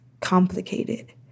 complicated